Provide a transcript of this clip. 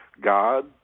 God